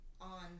on